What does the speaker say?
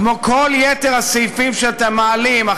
כמו כל יתר הסעיפים שאתם מעלים,